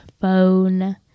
phone